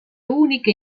uniche